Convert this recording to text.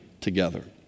together